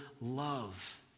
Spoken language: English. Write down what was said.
love